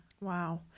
Wow